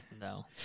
No